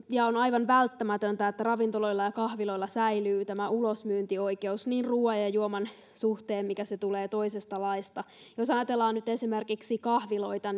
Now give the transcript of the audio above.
ja on aivan välttämätöntä että ravintoloilla ja kahviloilla säilyy tämä ulosmyyntioikeus ruuan ja juoman suhteen mikä tulee toisesta laista jos ajatellaan nyt esimerkiksi kahviloita